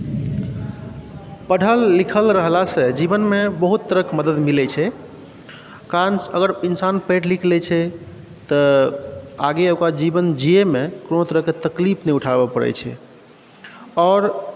पढ़ल लिखल रहलासँ जीवनमे बहुत तरहक मदद मिलैत छै कारण अगर इन्सान पढ़ि लिख लैत छै तऽ आगे ओकरा जीवन जीबयमे कोनो तरहकेँ तकलीफ नहि उठाबय पड़ैत छै आओर